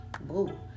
Boo